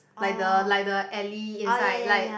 like the like the alley inside like